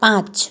पाँच